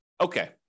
okay